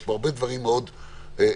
יש פה הרבה דברים מאוד יצירתיים,